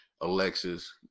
Alexis